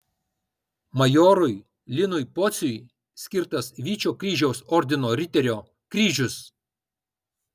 majorui linui pociui skirtas vyčio kryžiaus ordino riterio kryžius